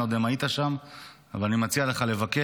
אני לא יודע אם היית שם אבל אני מציע לך לבקר,